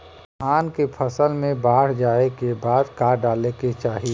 धान के फ़सल मे बाढ़ जाऐं के बाद का डाले के चाही?